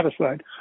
aside